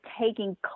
taking